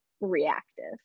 reactive